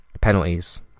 penalties